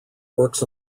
works